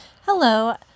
Hello